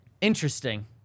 interesting